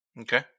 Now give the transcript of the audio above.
Okay